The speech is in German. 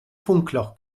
funkloch